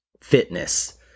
fitness